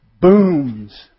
booms